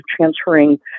transferring